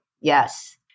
Yes